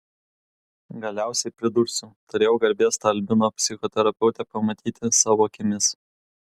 galiausiai pridursiu turėjau garbės tą albino psichoterapeutę pamatyti savo akimis